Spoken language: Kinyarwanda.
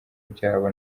byabo